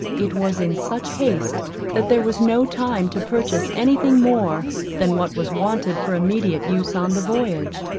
it was in such haste that there was no time to purchase any thing more than what was wanted for immediate use on the voyage,